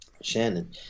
shannon